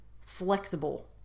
flexible